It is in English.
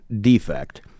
defect